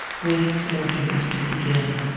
waiting for their duties to begin.